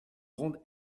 grande